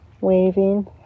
waving